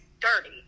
dirty